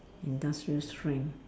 industrial strength